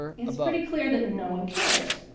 it's pretty clear that no one cares.